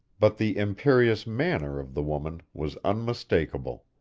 but the imperious manner of the woman was unmistakable.